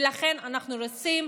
ולכן אנחנו כן רוצים